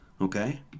Okay